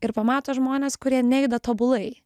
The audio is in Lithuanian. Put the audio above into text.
ir pamato žmones kurie nejuda tobulai